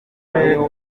turere